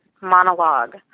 monologue